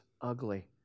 ugly